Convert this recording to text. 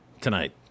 tonight